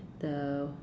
the